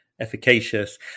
efficacious